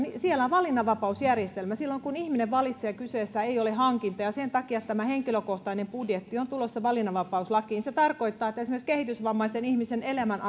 valinnanvapausjärjestelmä silloin kun ihminen valitsee ei ole hankinta ja sen takia tämä henkilökohtainen budjetti on tulossa valinnanvapauslakiin se tarkoittaa että esimerkiksi kehitysvammaisen ihmisen elämän